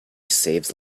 saves